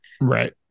Right